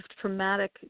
traumatic